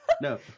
no